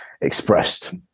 expressed